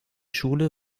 schule